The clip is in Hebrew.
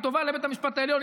היא טובה לבית המשפט העליון,